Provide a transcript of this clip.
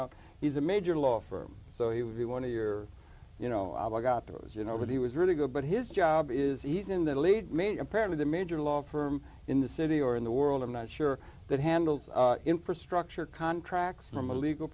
out he's a major law firm so he would be one of your you know i got those you know but he was really good but his job is he's in the lead maybe a pair of the major law firm in the city or in the world i'm not sure that handles infrastructure contracts from a legal